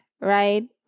right